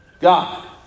god